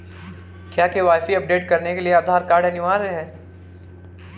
क्या KYC update करने के लिए आधार कार्ड अनिवार्य है?